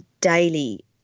daily